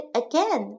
again